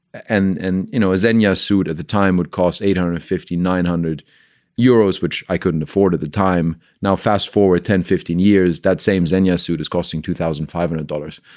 and and you know, as enya sued at the time would cost eight hundred fifty nine hundred euros, which i couldn't afford at the time. now fast forward ten, fifteen years. that same zenia suit is costing two thousand five and hundred dollars.